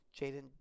Jaden